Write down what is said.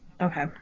Okay